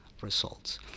results